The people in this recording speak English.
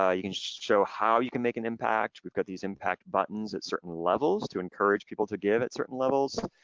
ah you can show how you can make an impact. we've got these impact buttons at certain levels to encourage to give at certain levels.